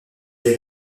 est